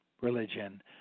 religion